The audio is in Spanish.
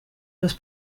los